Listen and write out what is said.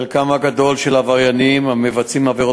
חלקם הגדול של העבריינים המבצעים עבירות